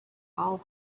all